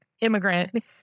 Immigrant